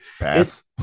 pass